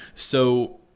so,